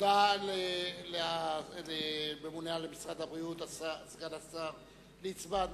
תודה לממונה על משרד הבריאות, סגן השר ליצמן.